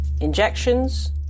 injections